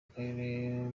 akarere